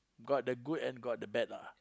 got the good and got the bad lah